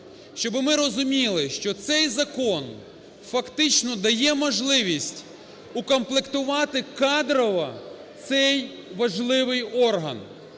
щоби ми розуміли, що цей закон фактично дає можливість укомплектуватикадрово цей важливий орган.